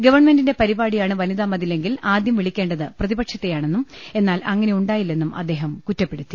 ഗവൺമെന്റിന്റെ പരിപാടിയാണ് വനിതാമതിലെങ്കിൽ ആദ്യം വിളിക്കേണ്ടത് പ്രതിപക്ഷത്തെയാണെന്നും എന്നാൽ അങ്ങ നെ യു ണ്ടാ യി ല്ലെന്നും അദ്ദേഹം കുറ്റപ്പെടുത്തി